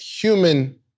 human